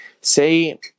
say